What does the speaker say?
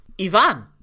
ivan